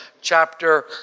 chapter